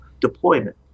deployment